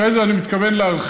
אחרי זה אני מתכוון להרחיב.